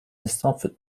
instance